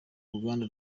ruganda